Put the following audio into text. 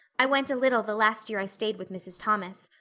i went a little the last year i stayed with mrs. thomas.